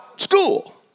School